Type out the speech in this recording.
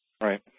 Right